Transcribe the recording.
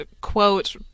quote